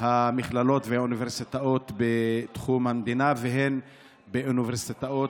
המכללות והאוניברסיטאות בתחום המדינה והן באוניברסיטאות